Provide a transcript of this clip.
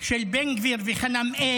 של בן גביר וחנמאל,